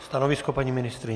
Stanovisko paní ministryně?